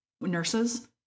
nurses